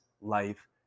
life